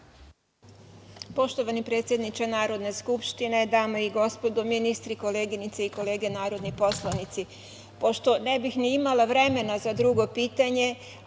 Poštovani predsedniče Narodne skupštine, dame i gospodo, ministri i koleginice i kolege narodni poslanici, pošto ne bih ni imala vremena za drugo pitanje,